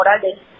Morales